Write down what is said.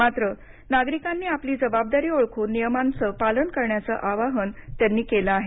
मात्र नागरिकांनी आपली जबाबदारी ओळखून नियमांचं पालन करण्याचं आवाहन त्यांनी केलं आहे